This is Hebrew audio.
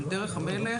אבל דרך המלך,